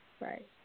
Right